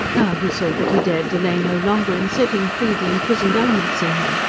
now he saw that he dared delay no longer in setting free the imprisoned elements in him,